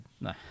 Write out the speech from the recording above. No